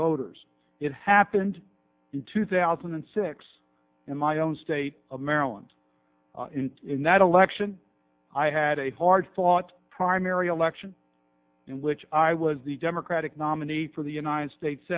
voters it happened in two thousand and six in my own state of maryland in that election i had a hard fought primary election in which i was the democratic nominee for the united states